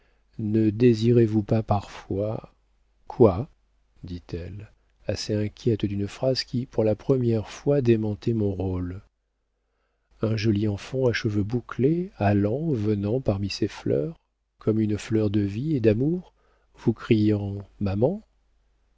ne désirez-vous pas parfois quoi dit-elle assez inquiète d'une phrase qui pour la première fois démentait mon rôle un joli enfant à cheveux bouclés allant venant parmi ces fleurs comme une fleur de vie et d'amour vous criant maman